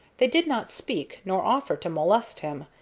they did not speak nor offer to molest him,